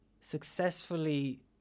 successfully